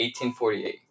1848